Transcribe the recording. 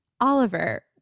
Oliver